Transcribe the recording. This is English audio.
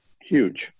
huge